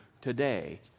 today